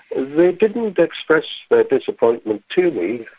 they didn't express their disappointment to me,